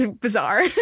bizarre